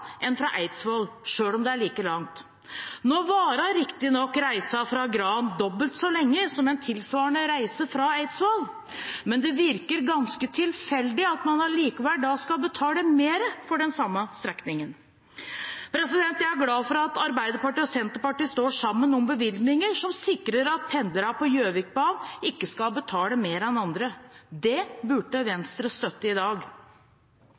enn fra Eidsvoll, selv om det er like langt. Nå varer riktignok reisen fra Gran dobbelt så lenge som en tilsvarende reise fra Eidsvoll, men det virker ganske tilfeldig at man likevel skal betale mer for en tilsvarende strekning. Jeg er glad for at Arbeiderpartiet og Senterpartiet står sammen om bevilgninger som sikrer at pendlere på Gjøvikbanen ikke skal betale mer enn andre. Det burde Venstre støtte i dag.